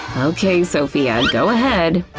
okay, sophia, go ahead.